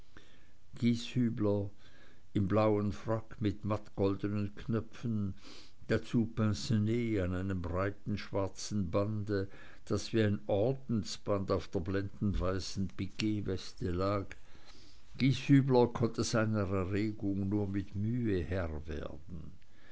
im blauen frack mit mattgoldenen knöpfen dazu pincenez an einem breiten schwarzen bande das wie ein ordensband auf der blendendweißen piquweste lag gieshübler konnte seiner erregung nur mit mühe herr werden